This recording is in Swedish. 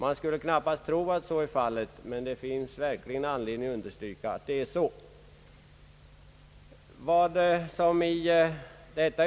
Man skulle knappast kunna tro att så är fallet, men det finns verkligen anledning understryka att det förhåller sig på det sättet.